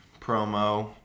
promo